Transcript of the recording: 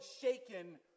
shaken